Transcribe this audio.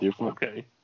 Okay